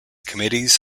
committees